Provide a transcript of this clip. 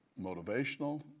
motivational